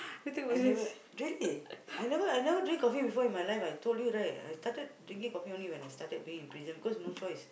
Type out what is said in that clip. I never really I never I never drink coffee before in my life I told you right I started drinking coffee only when I started being in prison because no choice